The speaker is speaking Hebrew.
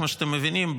כמו שאתם מבינים,